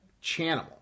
channel